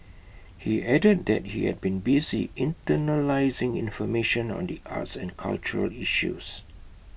he added that he had been busy internalising information on the arts and cultural issues